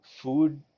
food